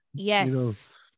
Yes